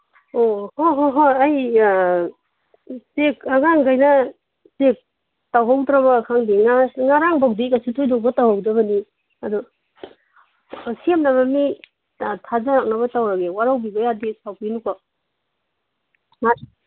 ꯑꯣ ꯍꯣ ꯍꯣ ꯍꯣꯏ ꯑꯩ ꯆꯦꯛ ꯑꯉꯥꯡꯒꯩꯅ ꯆꯦꯛ ꯇꯧꯍꯧꯗ꯭ꯔꯕ ꯈꯪꯗꯦ ꯉꯔꯥꯡꯕꯧꯗꯤ ꯀꯩꯁꯨ ꯊꯣꯏꯗꯣꯛꯄ ꯇꯧꯍꯧꯗꯕꯅꯤ ꯑꯗꯣ ꯁꯦꯝꯅꯕ ꯊꯥꯗꯣꯔꯛꯅꯕ ꯇꯧꯔꯒꯦ ꯋꯥꯔꯧꯕꯤꯕ ꯌꯥꯗꯦ ꯁꯥꯎꯕꯤꯅꯨꯀꯣ